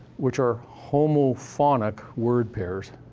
which are homophonic word pairs,